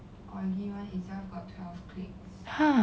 !huh!